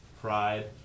pride